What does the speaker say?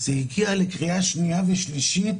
זה הגיע לקריאה שנייה ושלישית,